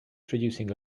producing